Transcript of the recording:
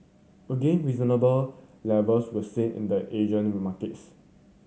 again reasonable levels were seen in the Asian markets